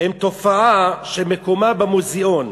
הם תופעה שמקומה במוזיאון,